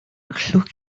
allwch